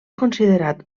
considerat